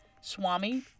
Swami